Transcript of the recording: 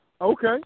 Okay